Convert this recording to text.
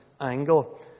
angle